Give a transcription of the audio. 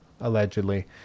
allegedly